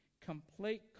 Complete